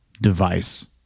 device